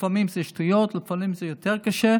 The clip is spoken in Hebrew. לפעמים זה שטויות ולפעמים זה יותר קשה,